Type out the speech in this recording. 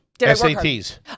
SATs